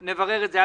נברר את זה.